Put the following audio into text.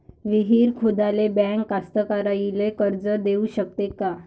विहीर खोदाले बँक कास्तकाराइले कर्ज देऊ शकते का?